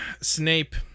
Snape